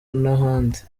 n’ahandi